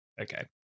Okay